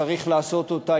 צריך לעשות אותה,